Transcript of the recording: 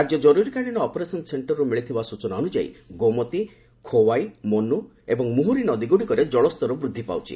ରାଜ୍ୟ ଜରୁରୀକାଳିନ ଅପରେସନ୍ ସେଷ୍ଟରରୁ ମିଳିଥିବା ସ୍ବଚନା ଅନୁଯାୟୀ ଗୋମତି ଖୋୱାଇ ମନୁ ଏବଂ ମୁହୁରୀ ନଦୀଗୁଡ଼ିକରେ ଜଳସ୍ତର ବୃଦ୍ଧି ପାଉଛି